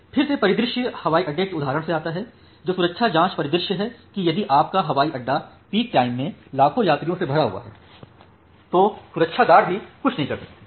फिर से परिदृश्य हवाई अड्डे के उदाहरण से आता है जो सुरक्षा जांच परिदृश्य है कि यदि आपका हवाई अड्डा पीक टाइम में लाखों यात्रियों के साथ भरा हुआ है तो सुरक्षा गार्ड भी कुछ नहीं कर सकते हैं